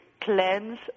cleanse